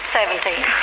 Seventeen